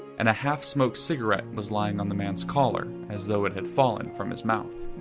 and a half-smoked cigarette was lying on the man's collar, as though it had fallen from his mouth.